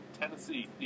Tennessee